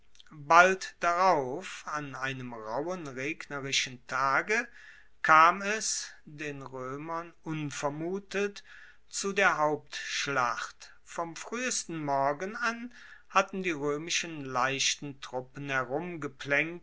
bald darauf an einem rauhen regnerischen tage kam es den roemern unvermutet zu der hauptschlacht vom fruehesten morgen an hatten die roemischen leichten truppen